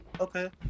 okay